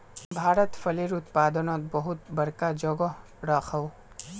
भारत फलेर उत्पादनोत बहुत बड़का जोगोह राखोह